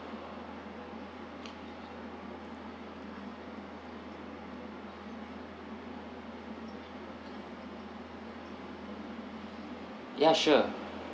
ya sure